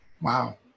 wow